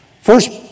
First